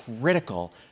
critical